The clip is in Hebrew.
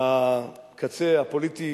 מהקצה הפוליטי